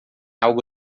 algo